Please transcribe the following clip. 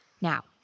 Now